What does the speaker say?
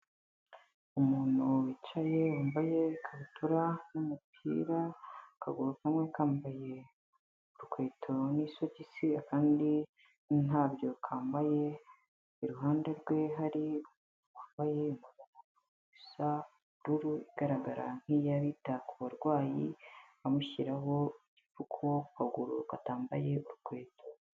Umuntu wicaye wambaye ikabutura n'umupira akaguru kamwe kambaye urukweto n'isogisi akandi ntabyo kambaye, iruhande rwe hari amambayesabururu igaragara nk'iyaabita ku barwayi amushyiraho igipfuku kaguru katambaye urukweto.